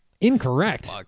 incorrect